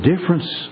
difference